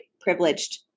privileged